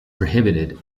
prohibited